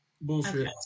Bullshit